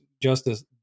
justice